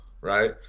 right